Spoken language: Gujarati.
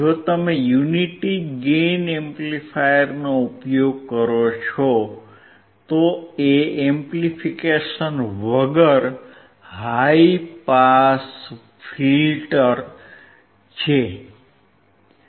જો તમે યુનિટી ગેઇન એમ્પ્લીફાયરનો ઉપયોગ કરો છો તો એ એમ્પ્લીફિકેશન વગર હાઇ પાસ ફિલ્ટર છે